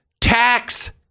Tax